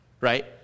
right